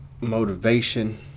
motivation